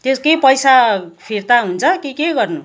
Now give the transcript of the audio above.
त्यसकै पैसा फिर्ता हुन्छ कि के गर्नु